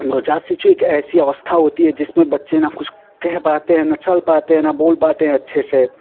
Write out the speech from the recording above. नवज़ात शिशु एक ऐसी अवस्था होती है जिसमें बच्चे न कुछ कह पाते हैं न चल पाते हैं न बोल पाते हैं अच्छे से